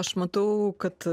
aš matau kad